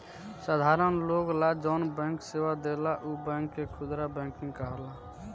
साधारण लोग ला जौन बैंक सेवा देला उ बैंक के खुदरा बैंकिंग कहाला